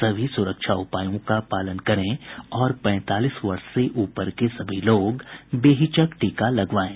सभी सुरक्षा उपायों का पालन करें और पैंतालीस वर्ष से ऊपर के सभी लोग बेहिचक टीका लगवाएं